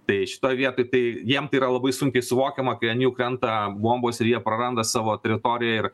tai šitoj vietoj tai jiem tai yra labai sunkiai suvokiama kai ant jų krenta bombos ir jie praranda savo teritoriją ir